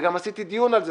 וגם עשיתי דיון על זה,